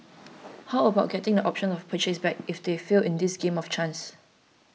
how about getting the option of purchase back if they fail in this game of chance